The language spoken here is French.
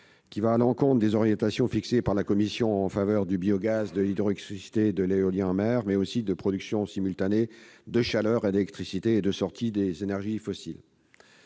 227 vont à l'encontre des orientations fixées par la commission concernant le biogaz, l'hydroélectricité, l'éolien en mer, mais aussi la production simultanée de chaleur et d'électricité et la sortie des énergies fossiles.